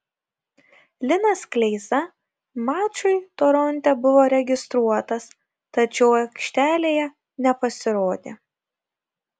linas kleiza mačui toronte buvo registruotas tačiau aikštelėje nepasirodė